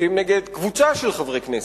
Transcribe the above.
מסיתים נגד קבוצה של חברי כנסת,